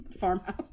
farmhouse